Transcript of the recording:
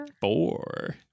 four